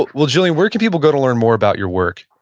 well, gillian, where can people go to learn more about your work?